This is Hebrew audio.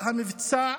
שכל המבצע,